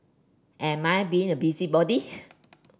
am I being a busybody